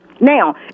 Now